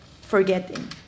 forgetting